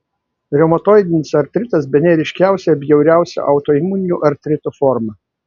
reumatoidinis artritas bene ryškiausia ir bjauriausia autoimuninių artritų forma